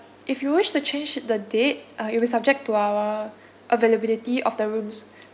if you wish to change the date uh it will be subject to our availability of the rooms